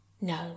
No